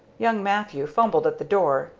young mathew fumbled at the door.